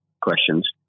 questions